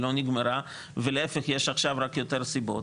היא לא נגמרה ולהפך יש עכשיו רק יותר סיבות,